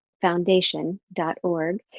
foundation.org